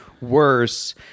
worse